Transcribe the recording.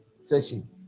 session